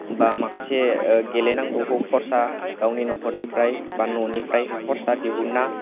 बा माखासे गेलेनांगौखौ खरसा गावनि न'खरनिफ्राय बा न'निफ्राय खरसा दिहुनना